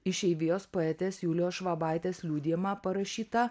išeivijos poetės julijos švabaitės liudijimą parašytą